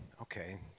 okay